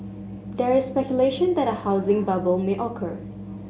there is speculation that a housing bubble may occur